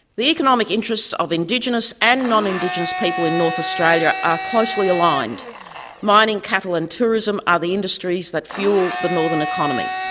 the economic interests of indigenous and non-indigenous people in north australia are closely aligned mining, cattle and tourism are ah the industries that fuel the northern economy.